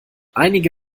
einige